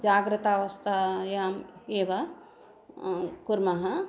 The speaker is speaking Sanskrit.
जाग्रदवस्थायाम् एव कुर्मः